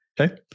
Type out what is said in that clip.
Okay